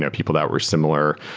ah people that were similar,